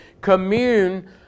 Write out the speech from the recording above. commune